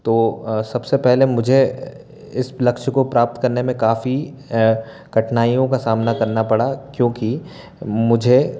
तो सबसे पहले मुझे इस लक्ष्य को प्राप्त करने में काफ़ी कठिनाइयों का सामना करना पड़ा क्योंकि मुझे